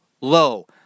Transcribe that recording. Low